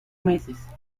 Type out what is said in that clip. meses